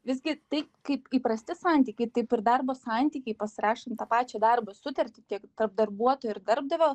visgi tai kaip įprasti santykiai taip ir darbo santykiai pasirašant tą pačią darbo sutartį tiek tarp darbuotojo ir darbdavio